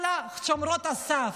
כל שומרות הסף,